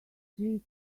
street